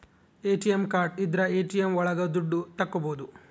ATM card ಇದ್ರ ATM ಒಳಗ ದುಡ್ಡು ತಕ್ಕೋಬೋದು